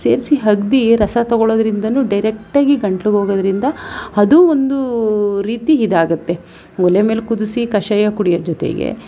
ಸೇರಿಸಿ ಅಗ್ದು ರಸ ತೊಗೊಳೋದ್ರಿಂದಲೂ ಡೈರೆಕ್ಟಾಗಿ ಗಂಟಲಿಗೋಗೋದ್ರಿಂದ ಅದು ಒಂದು ರೀತಿ ಇದಾಗುತ್ತೆ ಒಲೆ ಮೇಲೆ ಕುದಿಸಿ ಕಷಾಯ ಕುಡಿಯೋದ್ರ ಜೊತೆಗೆ